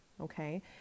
Okay